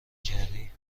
کردی